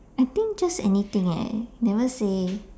I think just anything leh never say